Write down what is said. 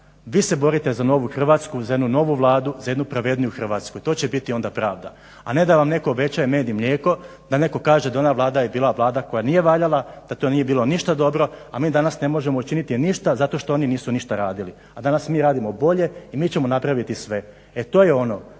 Vi se borite za novu Hrvatsku, za jednu novu Vladu, za jednu pravedniju Hrvatsku i to će biti onda pravda, a ne da vam netko obećaje med i mlijeko, da netko kaže da ona Vlada je bila Vlada koja nije valjala, da to nije bilo ništa dobro, a mi danas ne možemo učiniti ništa zato što oni ništa nisu radili. A danas mi radimo bolje i mi ćemo napraviti sve. E to je ono